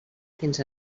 fins